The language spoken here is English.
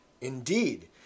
Indeed